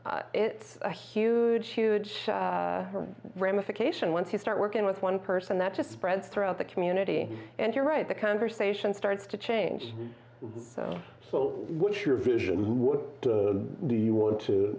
it's a huge huge ramification once you start working with one person that just spreads throughout the community and you're right the conversation starts to change so what's your vision what do you want to